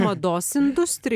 mados industr